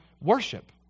worship